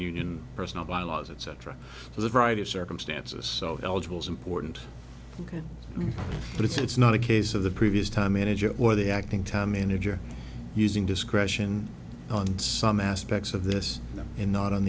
union personal bylaws etc with a variety of circumstances so eligibles important ok but it's not a case of the previous time manager or the acting time manager using discretion on some aspects of this and not on